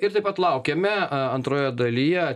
ir taip pat laukiame a antroje dalyje